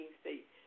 states